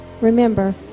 Remember